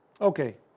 Okay